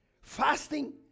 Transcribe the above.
Fasting